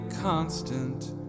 constant